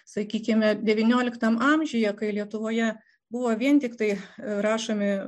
sakykime devynioliktam amžiuje kai lietuvoje buvo vien tiktai rašomi